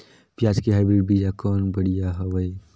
पियाज के हाईब्रिड बीजा कौन बढ़िया हवय?